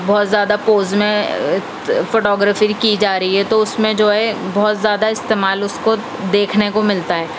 بہت زیادہ پوز میں فوٹو گرافی کی جا رہی ہے تو اُس میں جو ہے بہت زیادہ استعمال اُس کو دیکھنے کو مِلتا ہے